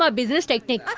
ah business technique.